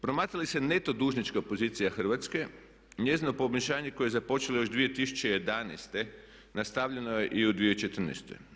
Promatra li se neto dužnička pozicija Hrvatske njezino poboljšanje koje je započelo još 2011. nastavljeno je i u 2014.